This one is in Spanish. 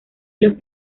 los